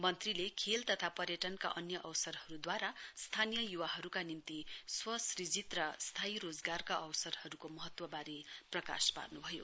मन्त्रीले खेल तथा पर्यटनका अन्य अवसरहरूद्वारा स्थानीय युवाहरूका निम्ति स्व सृजित र स्थायी रोजगारका अवसरहरूको महत्तवबारे प्रकाश पार्नुभयो